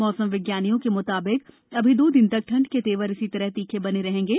मौसम विज्ञानियों के मुताबिक अभी दो दिन तक ठंड के तेवर इसी तरह तीखे बने रहेंगे